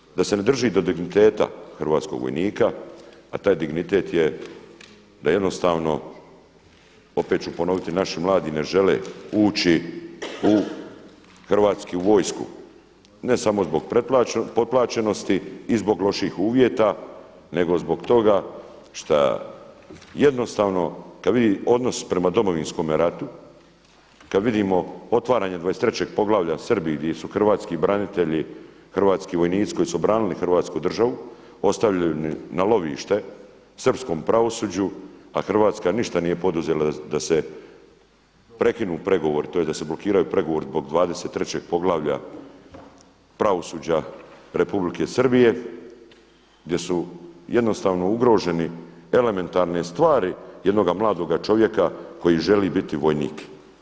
Vidimo da se ne drži do digniteta hrvatskog vojnika, a taj dignitet je da jednostavno, opet ću ponoviti, naši mladi ne žele ući u hrvatsku vojsku ne samo zbog potplaćenosti i zbog loših uvjeta nego zbog toga šta jednostavno kad vidi odnos prema Domovinskome ratu, kad vidimo otvaranje 23. poglavlja Srbi gdje su hrvatski branitelji, hrvatski vojnici koji su obranili hrvatsku državu, ostavljeni na lovište srpskom pravosuđu, a Hrvatska ništa nije poduzela da se prekinu pregovori, tj. da se blokiraju pregovori zbog 23. poglavlja pravosuđa Republike Srbije, gdje su jednostavno ugrožene elementarne stvari jednoga mladoga čovjeka koji želi biti vojnik.